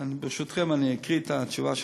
ברשותכם, אקריא את התשובה של